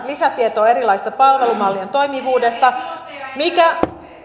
lisätietoa erilaisten palvelumallien toimivuudesta mikä